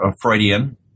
Freudian